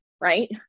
Right